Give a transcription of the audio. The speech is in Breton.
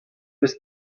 eus